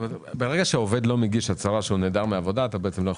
ברגע שעובד לא מגיש הצהרה שהוא נעדר מהעבודה אתה בעצם לא יכול לשלם.